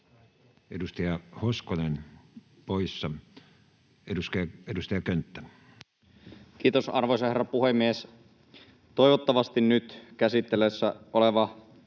Edustaja Hoskonen poissa. — Edustaja Könttä. Kiitos, arvoisa herra puhemies! Toivottavasti nyt käsittelyssä oleva